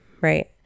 right